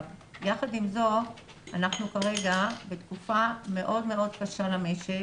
יחד עם זאת אנחנו כרגע בתקופה מאוד מאוד קשה למשק